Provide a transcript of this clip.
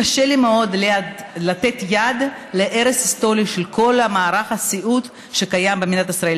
קשה לי מאוד לתת יד להרס היסטורי של כל מערך הסיעוד שקיים במדינת ישראל,